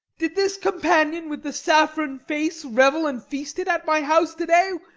did this companion with the saffron face revel and feast it at my house to-day,